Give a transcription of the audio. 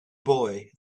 boy